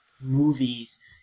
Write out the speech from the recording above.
movies